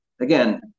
again